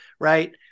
Right